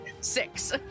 six